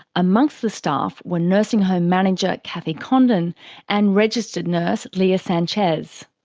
amongst the staff were nursing home manager cathy condon and registered nurse lea sanchez.